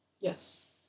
Yes